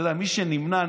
מי שנמנע,